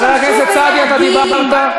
חבר הכנסת סעדי, אתה דיברת.